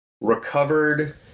recovered